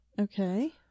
Okay